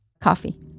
Coffee